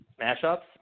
mashups